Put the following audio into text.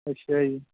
ਅੱਛਾ ਜੀ